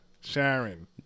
Sharon